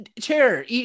chair